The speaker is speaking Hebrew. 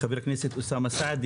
חבר הכנסת אוסאמה סעדי,